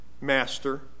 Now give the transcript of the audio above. master